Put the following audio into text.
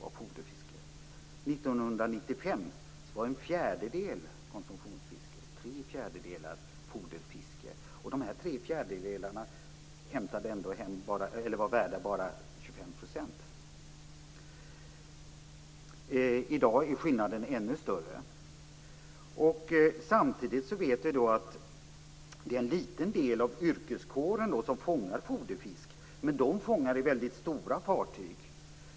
1995 utgjordes en fjärdedel av konsumtionsfiske och tre fjärdedelar av foderfiske. De tre fjärdedelarna var bara värda 25 %. I dag är skillnaden ännu större. Samtidigt vet vi att det är en liten del av yrkeskåren som fångar foderfisk, men de fångar fisken från väldigt stora fartyg.